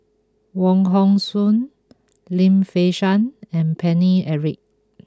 Wong Hong Suen Lim Fei Shen and Paine Eric